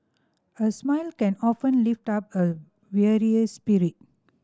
a smile can often lift up a weary spirit